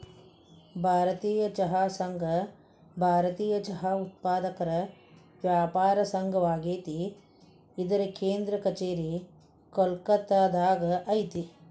ಭಾರತೇಯ ಚಹಾ ಸಂಘ ಭಾರತೇಯ ಚಹಾ ಉತ್ಪಾದಕರ ವ್ಯಾಪಾರ ಸಂಘವಾಗೇತಿ ಇದರ ಕೇಂದ್ರ ಕಛೇರಿ ಕೋಲ್ಕತ್ತಾದಾಗ ಐತಿ